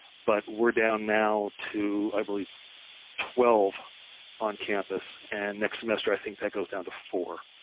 but we're down now to i believe twelve on campus and next semester, i think that goes down to four